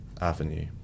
avenue